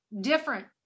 different